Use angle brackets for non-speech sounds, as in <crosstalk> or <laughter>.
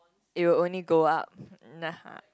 it will only go up <laughs>